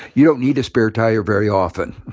you don't need a spare tire very often.